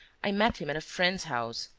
i met him at a friend's house.